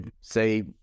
say